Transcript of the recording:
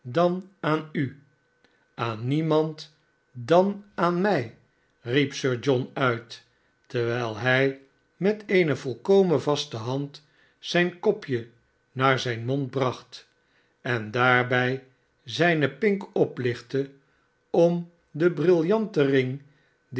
dan aan u aan niemand dan aan mij riep sir john uit terwijl hij met eene volkomen vaste hand zijn kopje naar zijn mond bracht en daarbij zijne pinkoplichtte om den brillanten ring